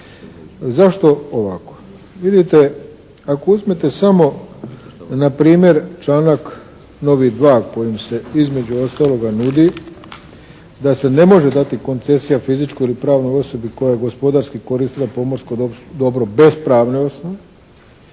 Zašto ovako? Vidite ako uzmete samo na primjer članak novi 2. kojim se između ostaloga nudi da se ne može dati koncesija fizičkoj ili pravnoj osobi koja gospodarski koristila pomorsko dobro bez pravne osnove